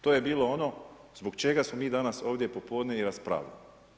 To je bilo ono zbog čega smo mi danas ovdje popodne i raspravljamo.